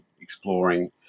exploring